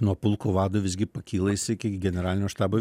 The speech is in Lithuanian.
nuo pulko vado visgi pakyla jis iki generalinio štabo